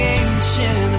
ancient